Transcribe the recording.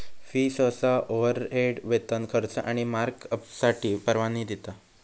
fee सहसा overhead, वेतन, खर्च आणि मार्कअपसाठी परवानगी देता